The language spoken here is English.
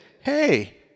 hey